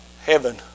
heaven